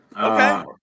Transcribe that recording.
Okay